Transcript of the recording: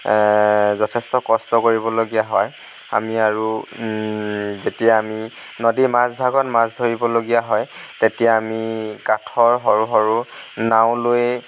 যথেষ্ট কষ্ট কৰিবলগীয়া হয় আমি আৰু যেতিয়া আমি নদীৰ মাজ ভাগত মাছ ধৰিবলগীয়া হয় তেতিয়া আমি কাঠৰ সৰু সৰু নাও লৈ